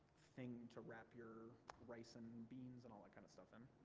thing to wrap your rice and and beans and all like kind of stuff in.